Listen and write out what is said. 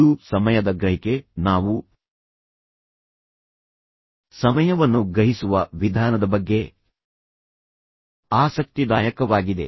ಇದು ಸಮಯದ ಗ್ರಹಿಕೆ ನಾವು ಸಮಯವನ್ನು ಗ್ರಹಿಸುವ ವಿಧಾನದ ಬಗ್ಗೆ ಆಸಕ್ತಿದಾಯಕವಾಗಿದೆ